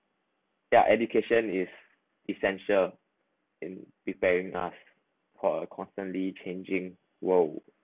ya education is essential in preparing us for a constantly changing world